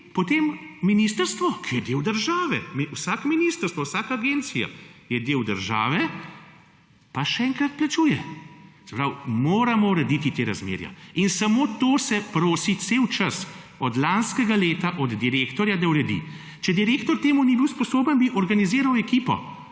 potem ministrstvo, ki je del države, vsako ministrstvo, vsaka agencija je del države, pa še enkrat plačuje. Se pravi moramo urediti ta razmerja in samo to se prosi cel čas, od lanskega leta od direktorja da uredi. Če direktor temu ni bil sposoben bi organiziral ekipo